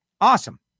Awesome